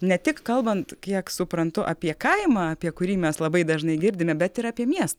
ne tik kalbant kiek suprantu apie kaimą apie kurį mes labai dažnai girdime bet ir apie miestą